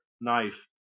knife